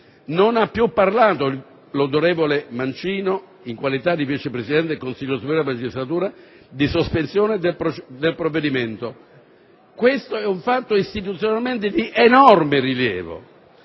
Non ha più parlato, il senatore Mancino, in qualità di Vice presidente del Consiglio superiore della magistratura, di sospensione del provvedimento. Questo è un fatto istituzionale di enorme rilievo,